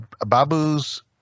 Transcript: Babu's